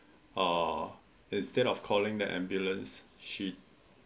err instead of calling the ambulance she